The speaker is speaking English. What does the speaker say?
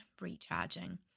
recharging